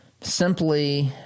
simply